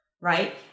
right